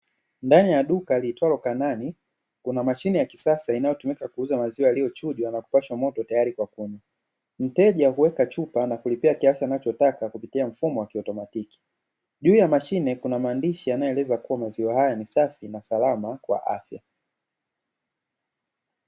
Ndani ya duka liitwalo “Kanani” kuna mashine ya kisasa inayotumika kuuza maziwa yaliyochujwa na kupashwa moto tayari kwa kunywa. Mteja huweka chupa na kulipia kiasi anachotaka kupitia mfumo wa kiautomatiki. Juu ya mashine kuna maandishi yanayoeleza kua maziwa haya ni safi na salama kwa afya.